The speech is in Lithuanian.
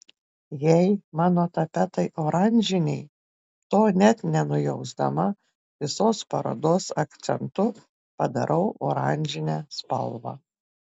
jei mano tapetai oranžiniai to net nenujausdama visos parodos akcentu padarau oranžinę spalvą